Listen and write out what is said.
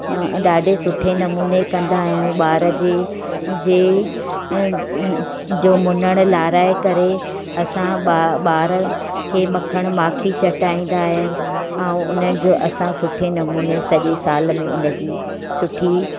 ॾाढे सुठे नमूने कंदा आहियूं ॿार जे जे जो मुनण लारिहाए करे असां बा ॿार खे मखणु माखी चटाईंदा आहियूं ऐं हुनजो असां सुठे नमूने सॼे साल में हुनजी सुठी